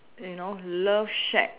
you know love shack